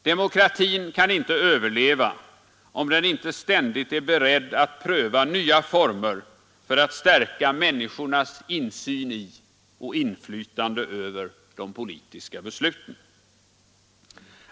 Demokratin kan inte överleva om den inte ständigt är beredd att pröva nya former för att stärka människornas insyn i och inflytande över de politiska besluten.